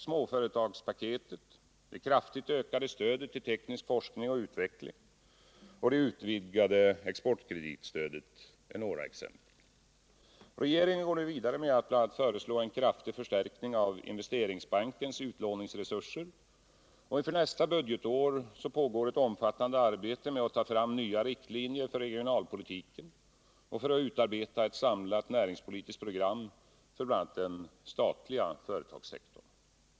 Småföretagspaketet, det kraftigt ökade stödet till teknisk forskning och utveckling samt det utvidgade exportkreditstödet är några exempel. Regeringen går nu vidare med att bl.a. föreslå en kraftig förstärkning av Investeringsbankens utlåningsresurser. Inför nästa budgetår pågår bl.a. ett omfattande arbete med att ta fram nya riktlinjer för regionalpolitiken och för att utarbeta ett samlat näringspolitiskt program för bl.a. den statliga företagssektorn.